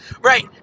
Right